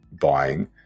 buying